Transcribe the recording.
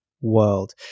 world